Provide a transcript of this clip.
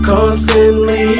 Constantly